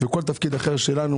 וכל תפקיד אחר שלנו